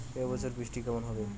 এবছর বৃষ্টি কেমন হবে?